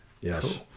Yes